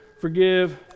forgive